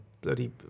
bloody